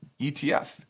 etf